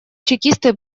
чекисты